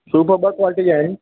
सूफ़ ॿ क्वालिटी जा आहिनि